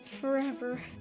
Forever